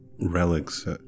relics